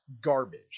garbage